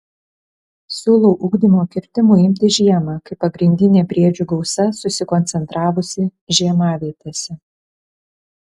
siūlau ugdymo kirtimų imtis žiemą kai pagrindinė briedžių gausa susikoncentravusi žiemavietėse